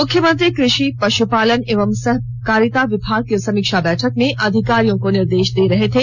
मुख्यमंत्री कृषि पश्यपालन एवं सहकारिता विभाग की समीक्षा बैठक में अधिकारियों को निर्देश दे रहे थे